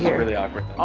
yeah really awkward.